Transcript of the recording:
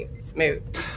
smooth